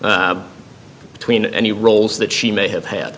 between any roles that she may have had